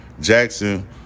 Jackson